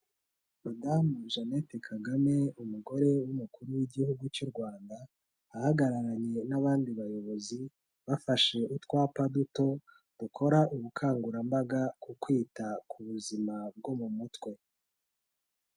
Madamu Jeannette Kagame, umugore w'umukuru w'igihugu cy'u Rwanda, ahagararanye n'abandi bayobozi, bafashe utwapa duto dukora ubukangurambaga ku kwita ku buzima bwo mu mutwe.